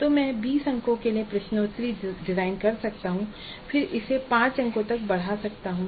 तो मैं 20 अंकों के लिए प्रश्नोत्तरी डिजाइन कर सकता हूं और फिर इसे 5 अंकों तक बढ़ा सकता हूं